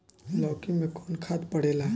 लौकी में कौन खाद पड़ेला?